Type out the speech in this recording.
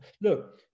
look